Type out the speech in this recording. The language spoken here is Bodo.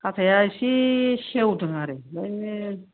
हाथाया एसे सेवदों आरो बे